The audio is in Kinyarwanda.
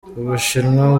ubushinwa